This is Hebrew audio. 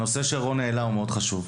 הנושא שרון העלה הוא מאוד חשוב.